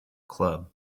club